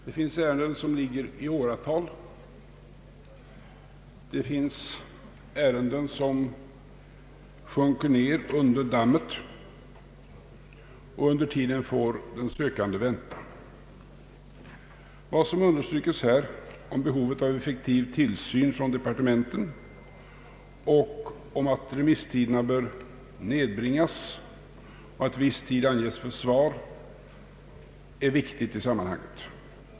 Det finns ärenden som ligger i åratal, som sjunker ner under dammet; och under tiden får den sökande vänta. Vad som här understryks om behovet av effektiv tillsyn från departementet, om att remisstiderna bör nedbringas och viss tid anges för svar, är viktigt i detta sammanhang.